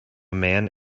man